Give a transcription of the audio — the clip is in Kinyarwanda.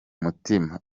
mutima